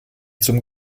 zum